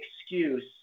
excuse